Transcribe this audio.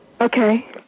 Okay